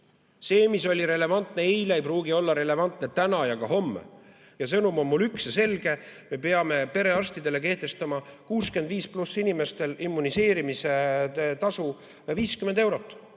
See, mis oli relevantne eile, ei pruugi olla relevantne täna ega ka homme. Ja sõnum on üks ja selge: me peame perearstidele kehtestama 65+ inimeste immuniseerimise tasu 50 eurot.